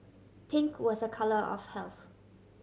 pink was a colour of health